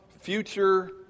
future